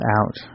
out